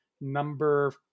number